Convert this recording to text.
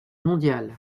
mondial